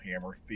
hammer